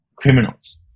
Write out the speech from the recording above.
criminals